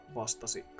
vastasi